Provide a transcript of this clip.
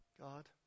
God